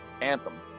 Anthem